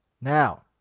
Now